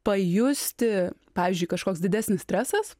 pajusti pavyzdžiui kažkoks didesnis stresas